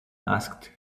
asked